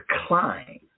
decline